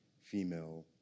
female